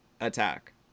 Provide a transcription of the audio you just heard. attack